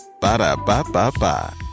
Ba-da-ba-ba-ba